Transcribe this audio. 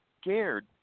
scared